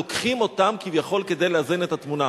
לוקחים אותם כביכול כדי לאזן את התמונה.